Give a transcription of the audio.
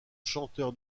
chanteurs